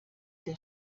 der